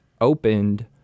opened